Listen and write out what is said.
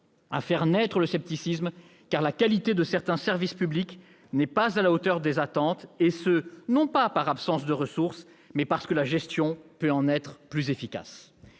à faire naître le scepticisme, car la qualité de certains services publics n'est pas à la hauteur des attentes, et ce non par absence de ressources, mais parce que leur gestion pourrait être plus efficace.